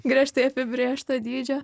griežtai apibrėžto dydžio